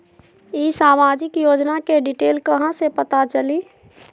ई सामाजिक योजना के डिटेल कहा से पता चली?